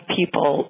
people